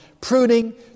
pruning